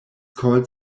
called